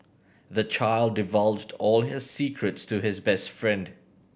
the child divulged all his secrets to his best friend